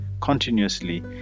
continuously